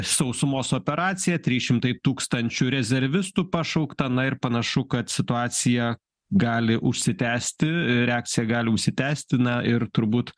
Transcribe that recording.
sausumos operacija trys šimtai tūkstančių rezervistų pašaukta na ir panašu kad situacija gali užsitęsti reakcija gali užsitęsti na ir turbūt